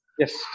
Yes